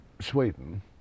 sweden